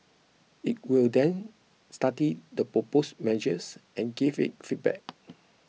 it will then study the proposed measures and give its feedback